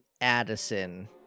Addison